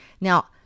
now